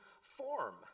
form